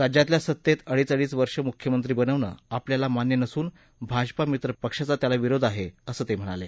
राज्यातल्या सत्तेत अडीच अडीच वर्ष मुख्यमंत्री बनवणं आपल्याला मान्य नसून भाजपा मित्रपक्षाला त्याला विरोध आहे असं ते म्हणाले